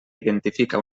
identifica